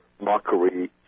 mockery